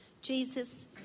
Jesus